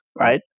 right